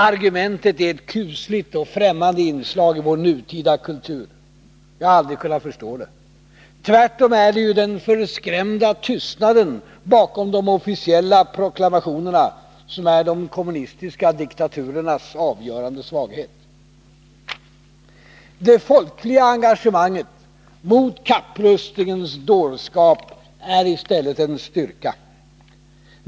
Argumentet är ett kusligt och främmande inslag i vår nutida kultur. Jag har aldrig kunnat förstå det. Tvärtom är det ju den förskrämda tystnaden bakom de officiella proklamationerna som är de kommunistiska diktaturernas avgörande svaghet. Det folkliga engagemanget mot kapprustningens dårskap är i stället en styrka.